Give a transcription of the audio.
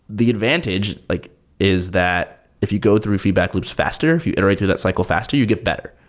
the advantage like is that if you go through feedback loops faster, if you iterate through that cycle faster, you'd get better.